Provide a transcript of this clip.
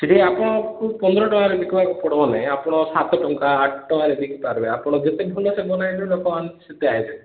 ସେଠି ଆପଣଙ୍କୁ ପନ୍ଦର ଟଙ୍କାରେ ବିକିବାକୁ ପଡ଼ିବ ନାଇଁ ଆପଣ ସାତ ଟଙ୍କା ଆଠ ଟଙ୍କାରେ ବିକିପାରିବେ ଆପଣ ଯେତେ ଭଲସେ ବନାଇବେ ଲୋକମାନେ ସେତେ ଆସିବେ